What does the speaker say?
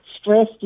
stress